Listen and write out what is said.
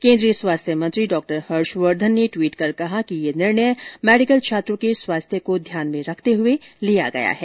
केंद्रीय स्वास्थ्य मंत्री डॉक्टर हर्षवर्धन ने ट्वीट कर कहा कि यह निर्णय मेडिकल छात्रों के स्वास्थ्य को ध्यान में रखते हुए लिया गया है